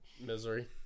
Misery